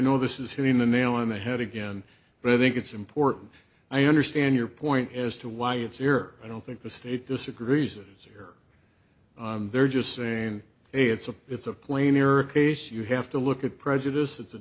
know this is hitting the nail on the head again but i think it's important i understand your point as to why it's your i don't think the state disagrees here they're just saying it's a it's a plain error case you have to look at prejudice it's a